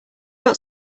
got